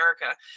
America